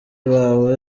bawe